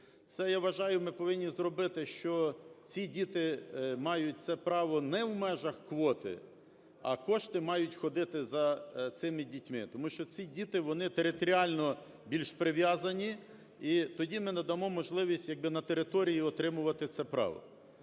це я вважаю, що ми повинні зробити, що ці діти мають це право не в межах квоти, а кошти мають ходити за цими дітьми. Тому що ці діти вони територіально більш прив'язані і тоді ми надамо можливість, як би на території отримувати це право.